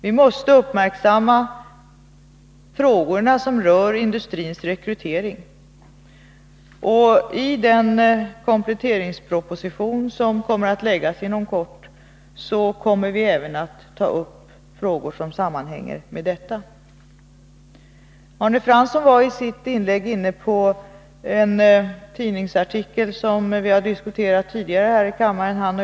Vi måste uppmärksamma de frågor som rör industrins rekrytering, och i den kompletteringsproposition som inom kort läggs fram kommer det även att tas upp frågor som sammanhänger med de här problemen. Arne Fransson berörde i sitt inlägg en tidningsartikel som han och jag diskuterat tidigare här i kammaren.